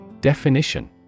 Definition